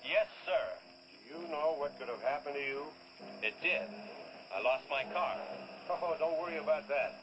yes sir you know what's going to happen to you i lost my car don't worry about that